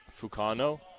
Fukano